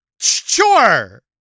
Sure